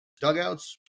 Dugouts